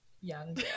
young